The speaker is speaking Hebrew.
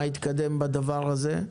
מה התקדם בדבר הזה?